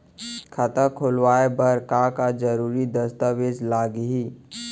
खाता खोलवाय बर का का जरूरी दस्तावेज लागही?